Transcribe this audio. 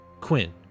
quinn